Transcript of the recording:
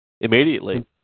Immediately